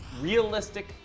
realistic